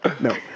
No